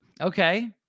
Okay